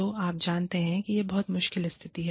तो आप जानते हैं कि यह बहुत मुश्किल स्थिति है